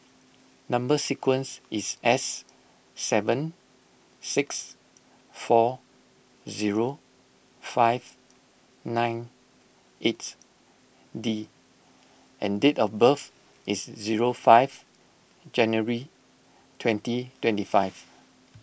Number Sequence is S seven six four zero five nine eight D and date of birth is zero five January twenty twenty five